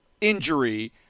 injury